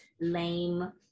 lame